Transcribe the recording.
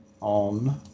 on